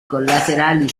collaterali